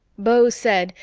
beau said,